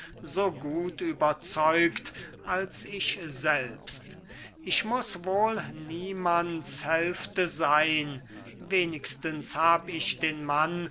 so gut überzeugt als ich selbst ich muß wohl niemands hälfte seyn wenigstens hab ich den mann